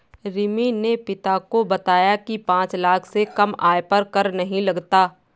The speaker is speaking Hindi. रिमी ने पिता को बताया की पांच लाख से कम आय पर कर नहीं लगता